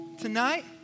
tonight